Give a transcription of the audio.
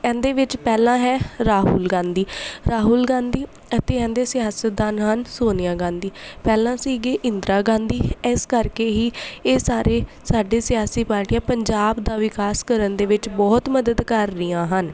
ਇਹਦੇ ਵਿੱਚ ਪਹਿਲਾ ਹੈ ਰਾਹੁਲ ਗਾਂਧੀ ਰਾਹੁਲ ਗਾਂਧੀ ਅਤੇ ਇਨਦੇ ਸਿਆਸਤਦਾਨ ਹਨ ਸੋਨੀਆ ਗਾਂਧੀ ਪਹਿਲਾਂ ਸੀਗੀ ਇੰਦਰਾ ਗਾਂਧੀ ਇਸ ਕਰਕੇ ਹੀ ਇਹ ਸਾਰੇ ਸਾਡੇ ਸਿਆਸੀ ਪਾਰਟੀਆਂ ਪੰਜਾਬ ਦਾ ਵਿਕਾਸ ਕਰਨ ਦੇ ਵਿੱਚ ਬਹੁਤ ਮਦਦ ਕਰ ਰਹੀਆਂ ਹਨ